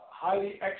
highly